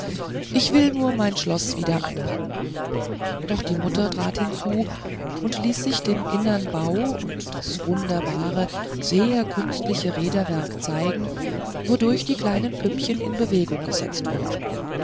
ich will nur mein schloß wieder einpacken doch die mutter trat hinzu und ließ sich den innern bau und das wunderbare sehr künstliche räderwerk zeigen wodurch die kleinen püppchen in bewegung gesetzt wurden